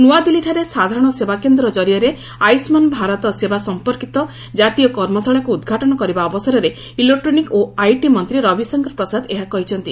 ନ୍ତଆଦିଲ୍ଲୀଠାରେ ସାଧାରଣ ସେବା କେନ୍ଦ୍ର କରିଆରେ ଆୟଷ୍କାନ୍ ଭାରତ ସେବା ସଂପର୍କିତ ଜାତୀୟ କର୍ମଶାଳାକୁ ଉଦ୍ଘାଟନ କରିବା ଅବସରରେ ଇଲେକ୍ଟ୍ରୋନିକ୍ ଓ ଆଇଟି ମନ୍ତ୍ରୀ ରବିଶଙ୍କର ପ୍ରସାଦ ଏହା କହିଛନ୍ତି